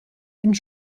nicht